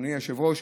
אדוני היושב-ראש,